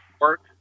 work